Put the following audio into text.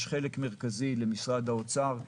יש חלק מרכזי למשרד האוצר,